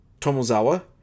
Tomozawa